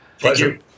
Pleasure